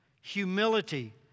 humility